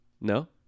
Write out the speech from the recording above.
No